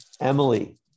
Emily